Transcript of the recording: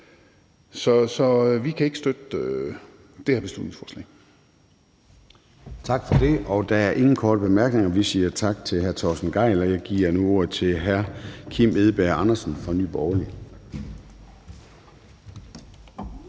Så vi kan ikke støtte det her beslutningsforslag. Kl. 23:25 Formanden (Søren Gade): Der er ingen korte bemærkninger, så vi siger tak til hr. Torsten Gejl. Og jeg giver nu ordet til hr. Kim Edberg Andersen fra Nye